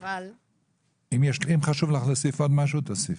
אם חשוב לך להוסיף עוד משהו, תוסיפי.